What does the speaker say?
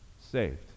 Saved